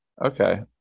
okay